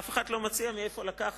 אף אחד לא מציע מאיפה לקחת.